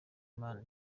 imana